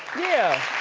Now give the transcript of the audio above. yeah.